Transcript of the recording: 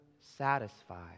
satisfied